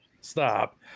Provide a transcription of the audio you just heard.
stop